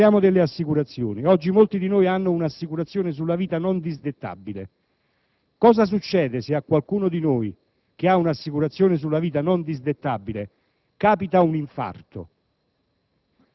Parliamo delle assicurazioni. Oggi molti di noi hanno un'assicurazione sulla vita non disdettabile. Che cosa succede se uno di noi che ha un'assicurazione sulla vita non disdettabile è colpita da un infarto?